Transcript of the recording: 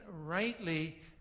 rightly